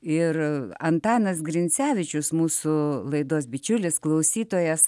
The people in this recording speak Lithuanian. ir antanas grincevičius mūsų laidos bičiulis klausytojas